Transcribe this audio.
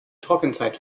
trockenzeit